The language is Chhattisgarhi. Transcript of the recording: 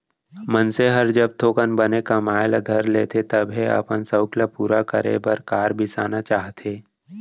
मनसे हर जब थोकन बने कमाए ल धर लेथे तभे अपन सउख ल पूरा करे बर कार बिसाना चाहथे